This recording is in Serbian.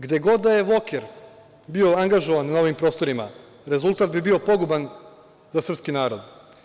Gde god da je Voker bio angažovan na ovim prostorima, rezultat bi bio poguban za srpski narod.